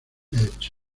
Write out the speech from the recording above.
edge